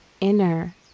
inner